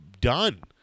done